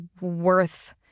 worth